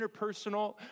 interpersonal